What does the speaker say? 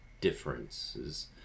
differences